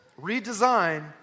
Redesign